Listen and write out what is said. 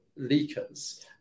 leakers